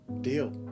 Deal